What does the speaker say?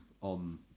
on